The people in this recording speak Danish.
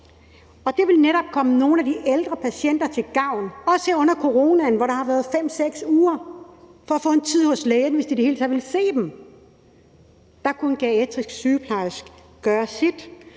det ville netop komme nogle af de ældre patienter til gavn, også her under coronaen, hvor der har været 5-6 ugers ventetid på at få en tid hos lægen, hvis de i det hele taget ville se dem. Der kunne en geriatrisk sygeplejerske gøre sit,